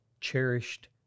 Cherished